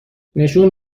نشون